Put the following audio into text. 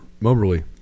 Moberly